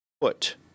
put